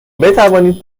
بتوانید